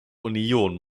union